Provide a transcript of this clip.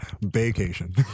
Vacation